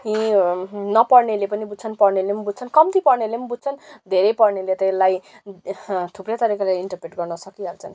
यी नपढ्नेले पनि बुझ्छन् पढ्नेले पनि बुझ्छन् कम्ती पढ्नेले पनि बुझ्छन् धेरै पढ्नेले त यसलाई थुप्रै प्रकारले इन्टरप्रेट गर्न सकिहाल्छन्